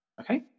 Okay